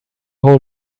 whole